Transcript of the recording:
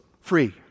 free